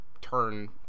turn